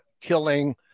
killing